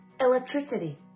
electricity